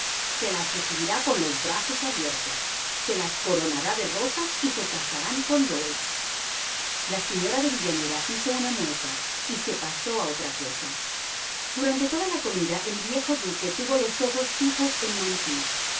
se las recibirá con los brazos abiertos se las coronará de rosas y se casarán con lords la señora de villanera hizo una mueca y se pasó a otra cosa durante toda la comida el viejo duque tuvo los ojos fijos en mantoux